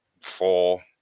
four